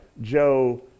Joe